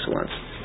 excellence